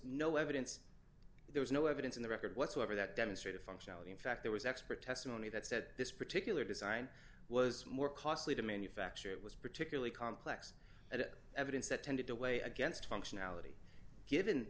no evidence there was no evidence in the record whatsoever that demonstrated functionality in fact there was expert testimony that said this particular design was more costly to manufacture it was particularly complex and evidence that tended to weigh against functionality given